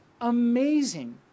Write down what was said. amazing